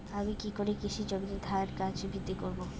আমি কী করে কৃষি জমিতে ধান গাছ বৃদ্ধি করব?